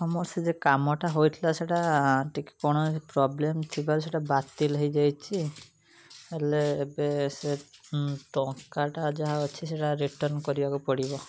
ହଁ ମୋର ସେ ଯେଉଁ କାମଟା ହୋଇଥିଲା ସେଇଟା ଟିକେ କଣ ପ୍ରୋବ୍ଲେମ୍ ଥିବାରୁ ସେଇଟା ବାତିଲ୍ ହୋଇଯାଇଛି ହେଲେ ଏବେ ସେ ଟଙ୍କାଟା ଯାହା ଅଛି ସେଇଟା ରିଟର୍ନ କରିବାକୁ ପଡ଼ିବ